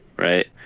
right